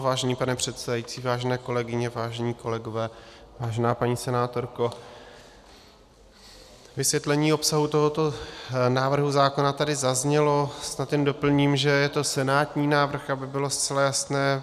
Vážený pane předsedající, vážené kolegyně, vážení kolegové, vážená paní senátorko, vysvětlení obsahu tohoto návrhu zákona tady zaznělo, snad jen doplním, že je to senátní návrh, aby to bylo zcela jasné.